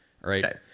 Right